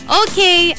okay